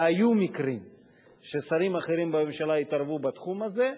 והיו מקרים ששרים אחרים בממשלה התערבו בתחום הזה,